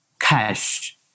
cash